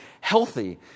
healthy